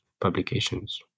publications